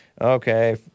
Okay